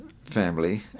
family